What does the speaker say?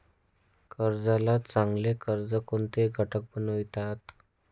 कर्जाला चांगले कर्ज कोणते घटक बनवितात?